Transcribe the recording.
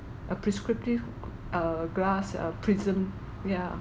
a prescriptive uh glass prism yeah